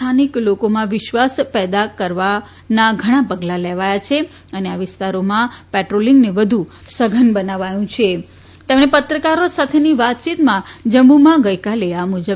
સ્થાનિક લોકોમાં વિશ્વાસ પેદા કરવાના પગલાં લેવાયા છે અને આ વિસ્તારોમાં પેટ્રોલિંગને વધુ અદ્યતન બનાવાયું છેતેમણે પત્રકારો સાથેની વાતયીતમાં જમ્મુમાં ગઈકાલે આ મુજબ